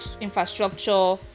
infrastructure